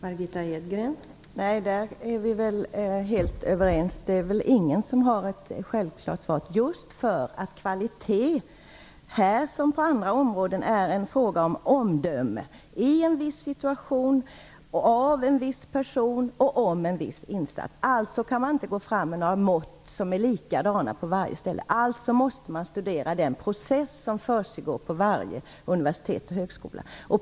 Fru talman! Nej, vi är helt överens om det. Det är väl ingen som har en enkel lösning på det problemet. Kvalitet är ju, på detta område liksom på andra, en fråga om omdöme. Det handlar om vissa situationer, personer och insatser. Därför kan man inte använda samma mätinstrument på alla ställen. Man måste studera den process som försiggår på varje universitet och högskola.